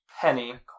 Penny